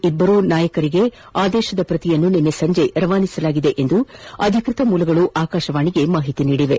ಇಬ್ಬರೂ ನಾಯಕರಿಗೆ ಆದೇಶದ ಪ್ರತಿಯನ್ನು ನಿನ್ನೆ ಸಂಜೆ ನೀಡಲಾಗಿದೆ ಎಂದು ಅಧಿಕೃತ ಮೂಲಗಳು ಆಕಾಶವಾಣಿಗೆ ತಿಳಿಸಿವೆ